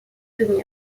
demi